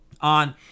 on